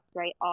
right